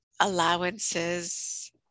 allowances